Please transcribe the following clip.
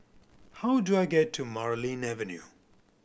how do I get to Marlene Avenue